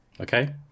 Okay